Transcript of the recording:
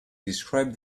described